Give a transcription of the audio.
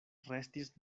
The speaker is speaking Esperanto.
restis